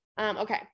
Okay